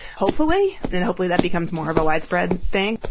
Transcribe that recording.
hopefully, but and hopefully that becomes more of a widespread thing,